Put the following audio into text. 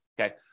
okay